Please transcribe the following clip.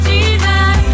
Jesus